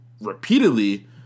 repeatedly